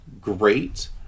great